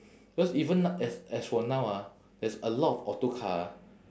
because even as as for now ah there's a lot of auto car